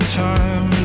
time